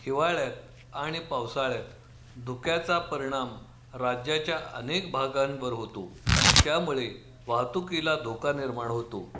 हिवाळ्यात आणि पावसाळ्यात धुक्याचा परिणाम राज्याच्या अनेक भागांवर होतो त्यामुळे वाहतुकीला धोका निर्माण होतो